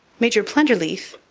major plenderleath,